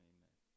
Amen